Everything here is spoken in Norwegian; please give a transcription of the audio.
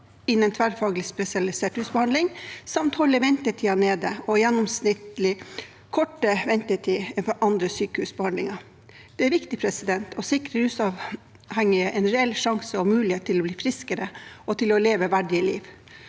innen tverrfaglig spesialisert rusbehandling i alle helseforetak samt holde ventetidene nede og ha gjennomsnittlig kortere ventetid enn for andre sykehusbehandlinger. Det er viktig å sikre rusavhengige en reell sjanse og mulighet til å bli friskere og til å leve et verdig liv.